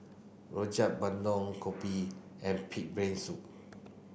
Rojak Bandung Kopi and pig brain soup